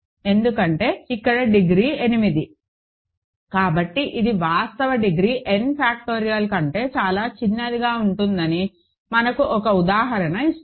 ఎందుకంటే ఇక్కడ డిగ్రీ 8 కాబట్టి ఇది వాస్తవ డిగ్రీ n ఫాక్టోరియల్ కంటే చాలా చిన్నదిగా ఉంటుందని మనకు ఒక ఉదాహరణ ఇస్తుంది